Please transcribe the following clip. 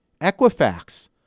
Equifax